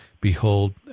Behold